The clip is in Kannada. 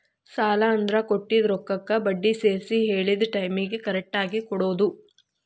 ಸಾಲ ಅಂದ್ರ ಕೊಟ್ಟಿದ್ ರೊಕ್ಕಕ್ಕ ಬಡ್ಡಿ ಸೇರ್ಸಿ ಹೇಳಿದ್ ಟೈಮಿಗಿ ಕರೆಕ್ಟಾಗಿ ಕೊಡೋದ್